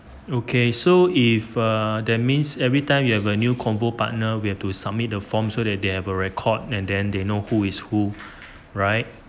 okay so if ah that means every time you have a new convo partner we have to submit the form so that they have a record and then they know who is who right